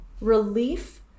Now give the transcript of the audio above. relief